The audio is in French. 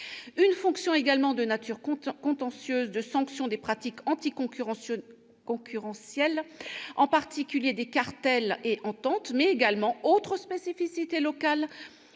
une fonction de nature contentieuse de sanction des pratiques anticoncurrentielles, en particulier des cartels et ententes, mais également- autre spécificité locale